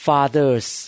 Father's